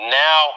now